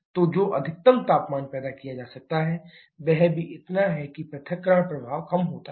तो जो अधिकतम तापमान पैदा किया जा सकता है वह भी इतना है कि पृथक्करण प्रभाव कम होता है